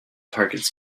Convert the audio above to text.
targets